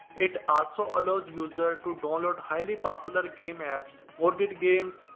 it also allows users to download highly popular game apps modded games,